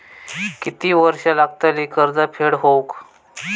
किती वर्षे लागतली कर्ज फेड होऊक?